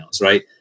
right